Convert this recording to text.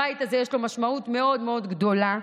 הבית הזה, יש לו משמעות מאוד מאוד גדולה,